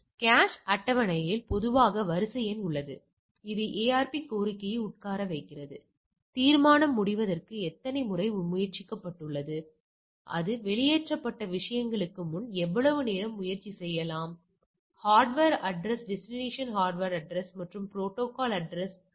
cache அட்டவணையில் பொதுவாக வரிசை எண் உள்ளது இது ஏஆர்பி கோரிக்கையை உட்கார வைக்கிறது தீர்மானம் முடிவதற்கு எத்தனை முறை முயற்சிக்கப்பட்டுள்ளது அது வெளியேற்றப்பட்ட விஷயங்களுக்கு முன் எவ்வளவு நேரம் முயற்சி செய்யலாம் hardware address destination hardware address மற்றும் ப்ரோடோகால் அட்ரஸ் ஐபி அட்ரஸ்